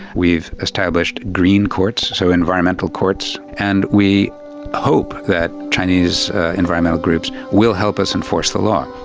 we've established green courts, so environmental courts, and we hope that chinese environmental groups will help us enforce the law.